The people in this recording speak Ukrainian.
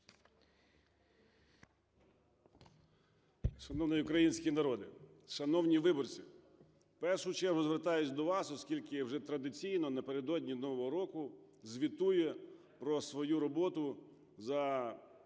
Шановний український народе, шановні виборці, в першу чергу звертаюся до вас, оскільки вже традиційно напередодні Нового року звітую про свою роботу за поточний